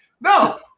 no